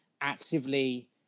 actively